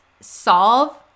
solve